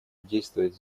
действовать